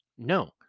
No